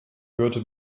hörte